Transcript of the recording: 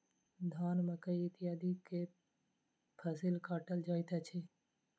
धान, मकई इत्यादि के फसिल काटल जाइत अछि